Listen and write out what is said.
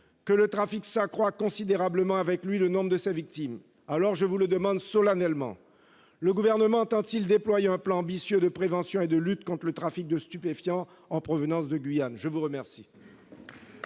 que le trafic s'accroît considérablement et, avec lui, le nombre de ses victimes. C'est pourquoi je vous le demande solennellement : le Gouvernement entend-il déployer un plan ambitieux de prévention et de lutte contre le trafic de stupéfiants en provenance de Guyane ? La parole